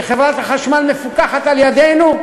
כי חברת חשמל מפוקחת על-ידינו.